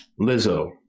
Lizzo